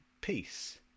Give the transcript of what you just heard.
peace